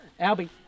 albie